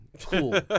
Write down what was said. Cool